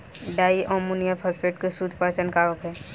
Di अमोनियम फास्फेट के शुद्ध पहचान का होखे?